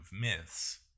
myths